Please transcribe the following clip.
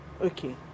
okay